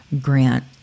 grant